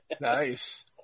Nice